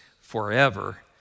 forever